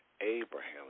Abraham